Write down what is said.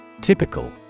Typical